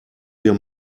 wir